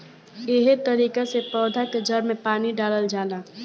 एहे तरिका से पौधा के जड़ में पानी डालल जाला